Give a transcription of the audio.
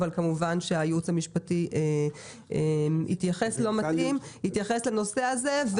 אבל כמובן שהייעוץ המשפטי יתייחס לנושא הזה.